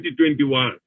2021